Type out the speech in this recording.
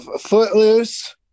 footloose